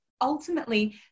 Ultimately